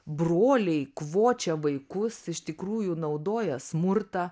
broliai kvočia vaikus iš tikrųjų naudoja smurtą